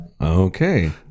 Okay